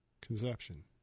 conception